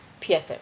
PFM